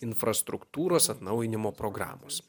infrastruktūros atnaujinimo programos